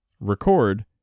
record